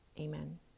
Amen